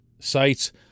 Sites